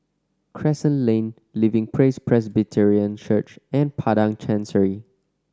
Crescent Lane Living Praise Presbyterian Church and Padang Chancery